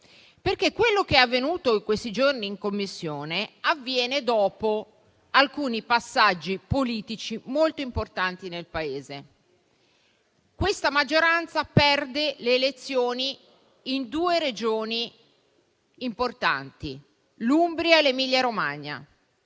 quello che è avvenuto in questi giorni in Commissione, perché è avvenuto dopo alcuni passaggi politici molto importanti nel Paese: questa maggioranza ha perso le elezioni in due Regioni importanti, l'Umbria e l'Emilia-Romagna;